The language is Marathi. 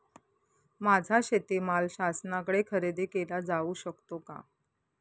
माझा शेतीमाल शासनाकडे खरेदी केला जाऊ शकतो का?